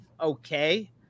okay